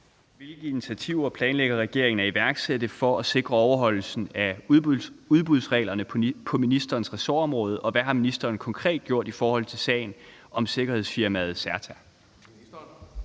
Hvilke initiativer planlægger regeringen at iværksætte for at sikre overholdelse af udbudsreglerne på ministerens ressortområde, og hvad har ministeren konkret gjort i forhold til sagen om sikkerhedsfirmaet CERTA?